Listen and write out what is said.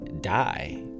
die